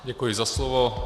Děkuji za slovo.